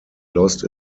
lost